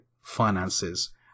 finances